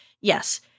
Yes